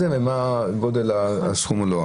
כמה מתוכם זה אישור של צווי עבירות קנס?